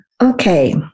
Okay